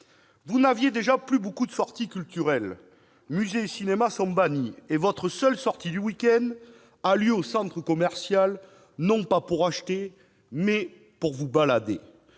Vous n'aviez déjà plus beaucoup de sorties culturelles. Musées et cinémas sont désormais bannis et votre seule sortie du week-end a lieu au centre commercial, non pas pour acheter, mais pour vous balader.